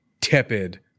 tepid